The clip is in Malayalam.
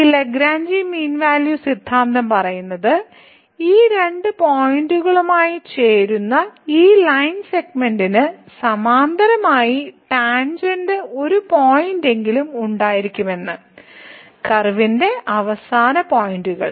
ഈ ലഗ്രാഞ്ചി മീൻ വാല്യൂ സിദ്ധാന്തം പറയുന്നത് ഈ രണ്ട് പോയിന്റുകളുമായി ചേരുന്ന ഈ ലൈൻ സെഗ്മെന്റിന് സമാന്തരമായി ടാൻജെന്റ് ഒരു പോയിന്റെങ്കിലും ഉണ്ടായിരിക്കുമെന്ന് കർവിന്റെ അവസാന പോയിന്റുകൾ